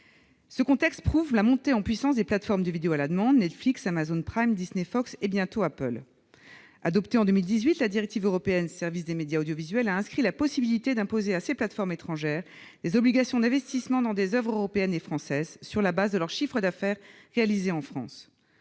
Ce contexte témoigne de la montée en puissance des plateformes de vidéo à la demande : Netflix, Amazon Prime, Disney Fox et, bientôt, Apple. La directive européenne « services de médias audiovisuels », adoptée en 2018, a établi la possibilité d'imposer à ces plateformes étrangères des obligations d'investissement dans des oeuvres européennes et françaises, sur le fondement de leur chiffre d'affaires réalisé en France.